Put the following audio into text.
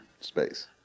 space